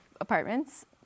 apartments